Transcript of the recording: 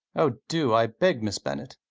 oh, do, i beg miss bennet.